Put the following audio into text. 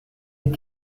est